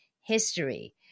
history